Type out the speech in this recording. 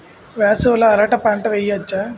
వేసవి లో అరటి పంట వెయ్యొచ్చా?